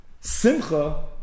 simcha